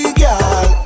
girl